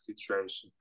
situations